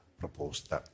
proposta